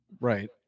Right